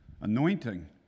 Anointing